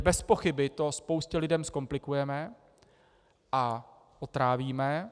Bezpochyby to spoustě lidí zkomplikujeme a otrávíme je.